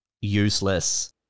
useless